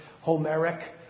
Homeric